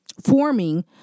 Forming